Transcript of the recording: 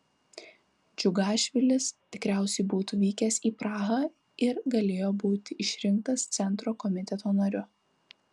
džiugašvilis tikriausiai būtų vykęs į prahą ir galėjo būti išrinktas centro komiteto nariu